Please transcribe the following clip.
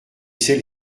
celle